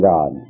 God